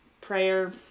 prayer